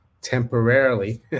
temporarily